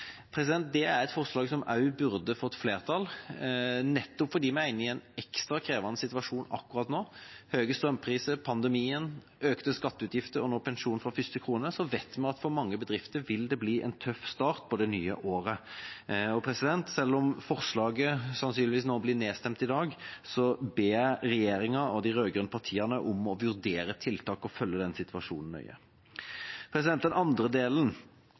Det er et forslag som også burde fått flertall, nettopp fordi vi er inne i en ekstra krevende situasjon akkurat nå. Med høye strømpriser, pandemi, økte skatteutgifter og nå pensjon fra første krone vet vi at for mange bedrifter vil det bli en tøff start på det nye året. Selv om forslaget sannsynligvis blir nedstemt i dag, ber jeg regjeringa og de rød-grønne partiene om å vurdere tiltak og følge den situasjonen nøye. Når det gjelder den andre delen,